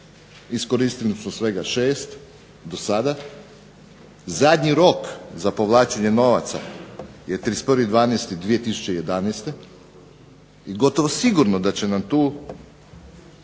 iskoristili smo svega 6 do sada, zadnji rok za povlačenje novaca 31.12.2011. gotovo sigurno da će nam tu